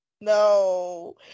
No